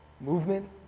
movement